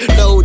no